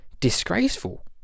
disgraceful